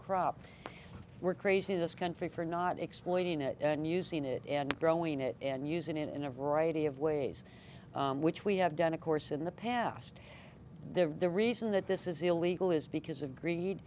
crop were crazy in this country for not exploiting it and using it and growing it and using it in a variety of ways which we have done of course in the past there the reason that this is illegal is because of greed